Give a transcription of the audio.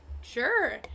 Sure